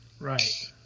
Right